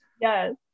Yes